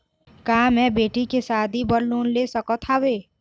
का मैं बेटी के शादी बर लोन ले सकत हावे?